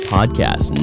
Podcast